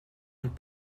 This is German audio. und